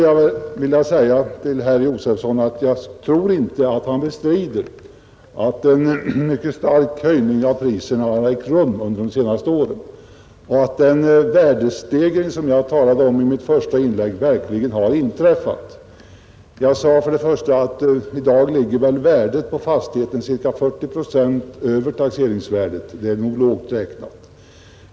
Jag tror inte att herr Josefson i Arrie bestrider att en mycket stark höjning av priserna har ägt rum under de senaste åren och att den värdestegring som jag talade om i mitt första inlägg verkligen har inträffat. Jag sade att värdet på fastigheter i dag ligger ca 40 procent över taxeringsvärdet — det är lågt räknat.